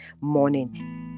morning